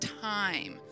time